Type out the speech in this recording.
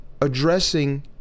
addressing